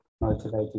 motivated